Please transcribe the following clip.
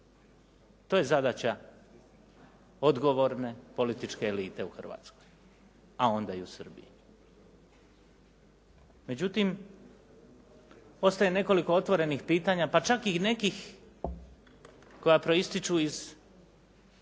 To je zadaća odgovorne političke elite u Hrvatskoj, a onda i u Srbiji. Međutim ostaje nekoliko otvorenih pitanja pa čak i nekih koja proističu iz